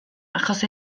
achos